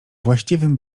właściwym